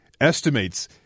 estimates